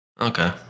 Okay